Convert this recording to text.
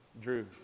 Drew